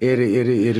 ir ir ir